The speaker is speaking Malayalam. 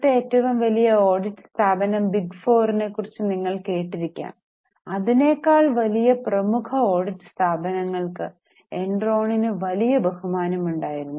ഇന്നത്തെ ഏറ്റവും വലിയ ഓഡിറ്റ് സ്ഥാപനം ബിഗ് ഫോറിനെക്കുറിച്ച് നിങ്ങൾ കേട്ടിരിക്കാം അതിനേക്കാൾ വലിയ പ്രമുഖ ഓഡിറ്റ് സ്ഥാപനങ്ങൾക്ക് എൻറോണിന് വളരെ ബഹുമാനമുണ്ടായിരുന്നു